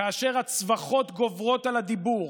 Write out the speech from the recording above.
כאשר הצווחות גוברות על הדיבור,